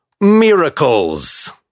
Miracles